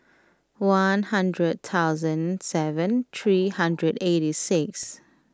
one hundred thousand seven three hundred eighty six